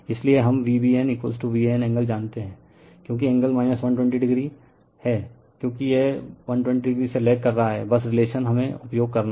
इसलिए हम V BNVan angle जानते हैं क्योकि एंगल 120o क्योंकि यह 120o से लेग कर रहा हैं बस रिलेशन हमें उपयोग करना है